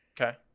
Okay